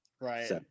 right